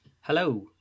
Hello